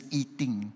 eating